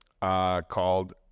Called